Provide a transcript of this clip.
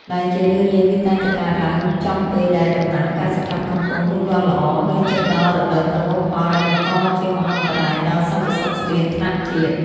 ដែលជារឿយៗវាតែងតែកើតឡើងចំពេលដែលដំណាំកសិកម្មកំពុងលូតលាស់ល្អ ឬជិតដល់រដូវប្រមូលផល ដែលបង្កជាមហន្តរាយដល់សន្តិសុខស្បៀងថ្នាក់ជាតិ។